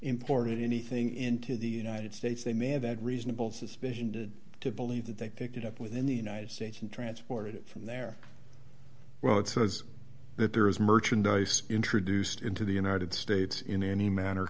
imported anything into the united states they may have that reasonable suspicion to to believe that they picked it up within the united states and transported it from there well it says that there is merchandise introduced into the united states in any manner